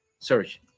search